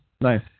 Nice